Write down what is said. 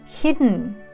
hidden